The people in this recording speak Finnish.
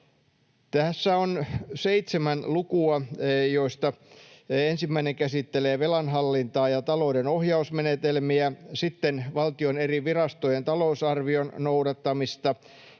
Tässä on seitsemän lukua, joista ensimmäinen käsittelee velanhallintaa ja talouden ohjausmenetelmiä, sitten valtion eri virastojen talousarvion noudattamista,